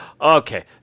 okay